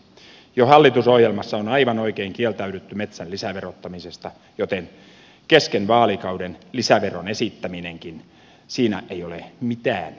jo hallitusohjelmassa on aivan oikein kieltäydytty metsän lisäverottamisesta joten kesken vaalikauden lisäveron esittämiselle ei ole mitään perusteluja